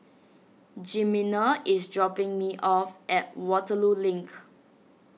Jimena is dropping me off at Waterloo Link